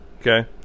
Okay